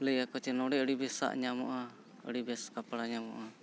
ᱞᱟᱹᱭᱟᱠᱚ ᱪᱮ ᱱᱚᱰᱮ ᱟᱹᱰᱤ ᱵᱮᱥᱟᱜ ᱧᱟᱢᱚᱜᱼᱟ ᱟᱹᱰᱤ ᱵᱮᱥ ᱠᱟᱯᱲᱟ ᱧᱟᱢᱚᱜᱼᱟ